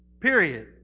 Period